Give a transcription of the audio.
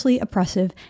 Oppressive